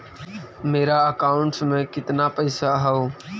मेरा अकाउंटस में कितना पैसा हउ?